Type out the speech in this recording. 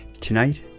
Tonight